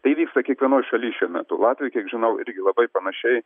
tai vyksta kiekvienoj šaly šiuo metu latviai kiek žinau irgi labai panašiai